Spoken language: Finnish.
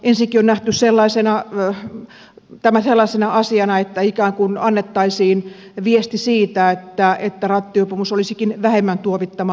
ensinnäkin on nähty tämä sellaisena asiana että ikään kuin annettaisiin viesti siitä että rattijuopumus olisikin vähemmän tuomittavaa